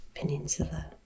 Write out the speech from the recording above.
peninsula